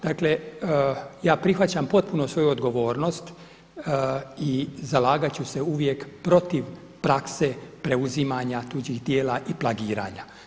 Dakle, ja prihvaćam potpuno svoju odgovornost i zalagat ću se uvijek protiv prakse preuzimanja tuđih djela i plagiranja.